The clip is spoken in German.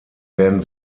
werden